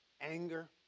Anger